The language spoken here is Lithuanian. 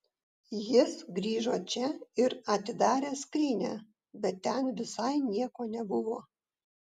jis grįžo čia ir atidarė skrynią bet ten visai nieko nebuvo